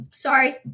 Sorry